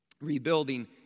Rebuilding